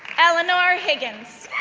elinor higgins,